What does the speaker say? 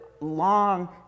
long